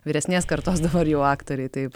vyresnės kartos dabar jau aktoriai taip